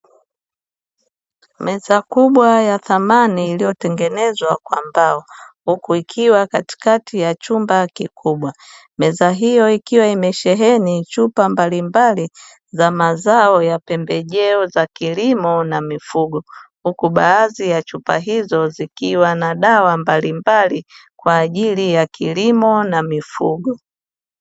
Meza kubwa ya thamani iliyotengenezwa kwa mbao huku ikiwa katikati ya chumba kikubwa, meza hiyo ikiwa imesheheni chupa mbalimbali za mazao ya pembejeo za kilimo na mifugo, huku baadhi ya chupa hizo zikiwa na dawa mbalimbali kwa ajili ya kilimo na mifugo.